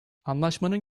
anlaşmanın